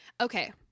Okay